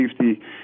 safety